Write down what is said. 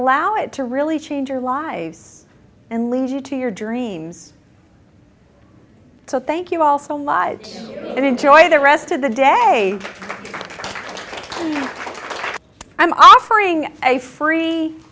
allow it to really change your lives and lead you to your dreams so thank you all so live and enjoy the rest of the day i'm offering a free